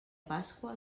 pasqua